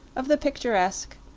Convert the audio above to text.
of the picturesque,